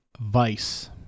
Vice